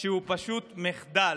שהוא פשוט מחדל.